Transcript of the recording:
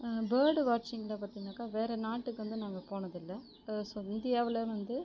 bird வாட்சிங்கில் பார்த்தீங்கன்னாக்கா வேறு நாட்டுக்கு வந்து நாங்கள் போனது இல்லை ஸோ இந்தியாவுலன்னு வந்து